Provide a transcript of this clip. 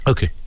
Okay